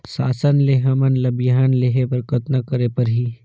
शासन से हमन ला बिहान लेहे बर कतना करे परही?